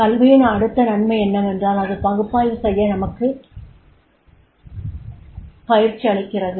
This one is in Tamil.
கல்வியின் அடுத்த நன்மை என்னவென்றால் இது பகுப்பாய்வு செய்ய நமக்குப் பயிற்சியளிக்கிறது